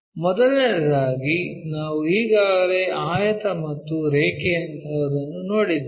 ಮೊದಲನೆಯದಾಗಿ ನಾವು ಈಗಾಗಲೇ ಆಯತ ಮತ್ತು ರೇಖೆಯಂತಹದನ್ನು ನೋಡಿದ್ದೇವೆ